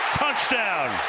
touchdown